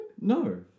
No